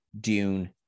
Dune